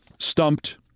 Stumped